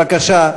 בבקשה,